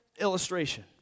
illustration